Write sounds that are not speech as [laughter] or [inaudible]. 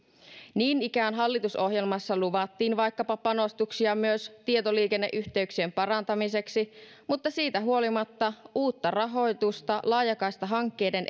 niin ikään hallitusohjelmassa luvattiin myös vaikkapa panostuksia tietoliikenneyhteyksien parantamiseksi mutta siitä huolimatta uutta rahoitusta laajakaistahankkeiden [unintelligible]